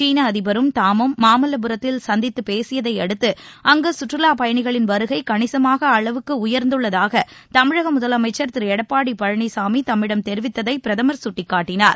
சீன அதிபரும் தாமும் மாமல்லபுரத்தில் சந்தித்துப் பேசியதையடுத்து அங்கு சுற்றுலா பயணிகளின் வருகை கணிசுமான அளவுக்கு உயர்ந்துள்ளதாக தமிழக முதலமைச்சர் திரு எடப்பாடி பழனிசாமி தம்மிடம் தெரிவித்ததை பிரதமர் சுட்டிக்காட்டினார்